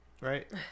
Right